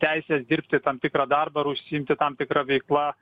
teisės dirbti tam tikrą darbą ar užsiimti tam tikra veikla